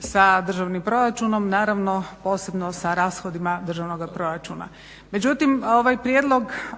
sa državnim proračunom, naravno posebno sa rashodima državnoga proračuna.